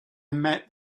met